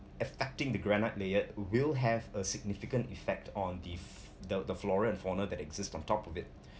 affecting the granite layered will have a significant effect on the the the f~ flora and fauna that exist on top of it